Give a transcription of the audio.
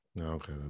okay